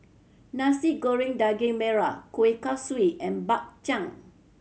Nasi Goreng Daging Merah Kueh Kaswi and Bak Chang